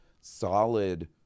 solid